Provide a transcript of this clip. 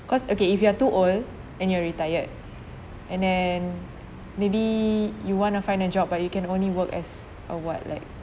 cause okay if you are too old and you're retired and then maybe you want to find a job but you can only work as a what like